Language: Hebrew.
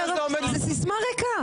זה סיסמה ריקה.